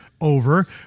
over